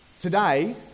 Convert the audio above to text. Today